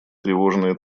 тревожная